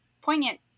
poignant